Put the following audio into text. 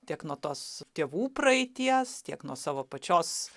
tiek nuo tos tėvų praeities tiek nuo savo pačios